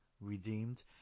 redeemed